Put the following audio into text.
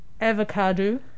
avocado